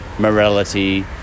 morality